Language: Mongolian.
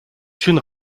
шөнө